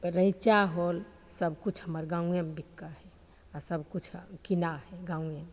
रैँचा होल सबकिछु हमर गामेमे बिकै हइ आओर सबकिछु किनाइ हइ गामेमे